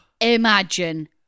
imagine